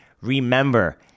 Remember